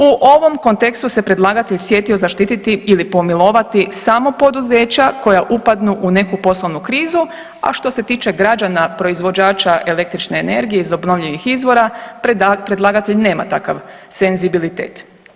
U ovom kontekstu se predlagatelj sjetio zaštititi ili pomilovati samo poduzeća koja upadnu u neku poslovnu krizu, a što se tiče građana proizvođača električne energije iz obnovljivih izvora predlagatelj nema takav senzibilitet.